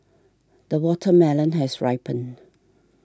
the watermelon has ripened